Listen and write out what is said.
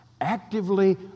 actively